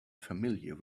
familiar